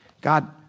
God